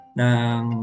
ng